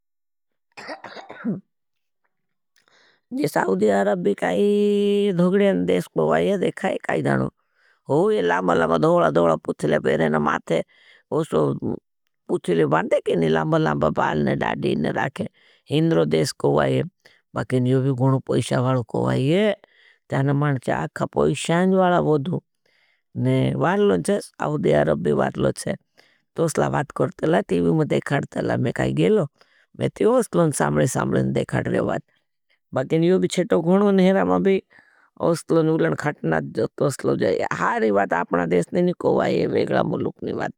जिस साउधिया रभी काई धोगडियान देश को वाये, देखाये काई जानो। हो ये लामबलाबा धोला धोला पुत्थिले पेरेन माते, वो सो पुत्थिले बांदे केनी। ये लामबलाबा भालने दाड़ीने राखे, हिंद्रो देश को वाये, बाकिन योभी गुणो पैशावालो को वाये, तयान मानस्य आकहा पैशाँज वाला वोदु। वालो चेस, आउधिया रभी वालो चेस, तोसला वात करते ला, टीवी में देखारते ला। मैं काई गेल में ती ओस्तलों साम्बले साम्बले न देखा ट्रेवात बाके नी । वो भी छटो गणवन हेरा मा भी ओस्तलों उलन खाटनात जोत ओस्तलों जाया हारी वात आपना देश नहीं कोवा है वेगला मुलुक नी वात।